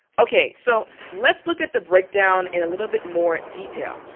okay so let's look at the breakdown in a little bit more detail.